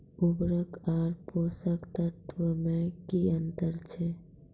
उर्वरक आर पोसक तत्व मे की अन्तर छै?